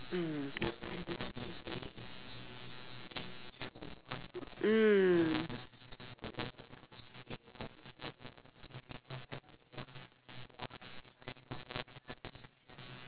mm